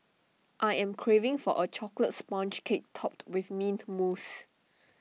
I am craving for A Chocolate Sponge Cake Topped with Mint Mousse